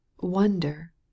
Wonder